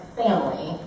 family